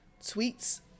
tweets